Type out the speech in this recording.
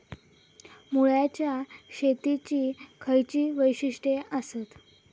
मळ्याच्या शेतीची खयची वैशिष्ठ आसत?